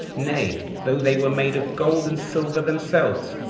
nay, though they were made of gold and silver themselves,